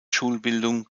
schulbildung